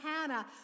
Hannah